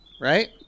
Right